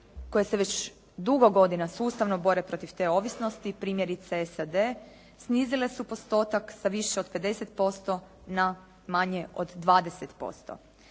koje se već dugo godina sustavno bore protiv te ovisnosti primjerice SAD snizile su postotak sa više od 50% na manje od 20%.